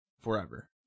Forever